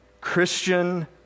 Christian